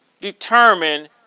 determine